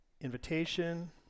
invitation